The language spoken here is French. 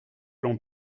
l’on